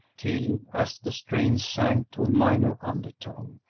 till, as the strains sank to a minor undertone,